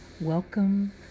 welcome